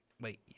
Wait